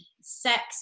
sex